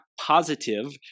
positive